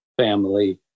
family